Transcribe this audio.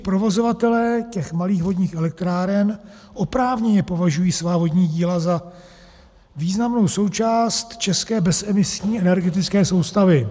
Provozovatelé těch malých vodních elektráren oprávněně považují svá vodní díla za významnou součást české bezemisní energetické soustavy.